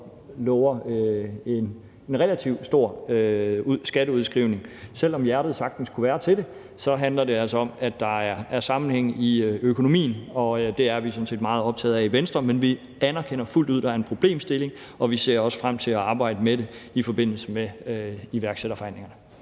lover en relativt stor skatteudskrivning. Selv om hjertet sagtens kunne være til det, handler det altså om, at der er sammenhæng i økonomien, og det er vi sådan set meget optaget af i Venstre, men vi anerkender fuldt ud, at der er en problemstilling, og vi ser også frem til at arbejde med det i forbindelse med iværksætterforhandlingerne.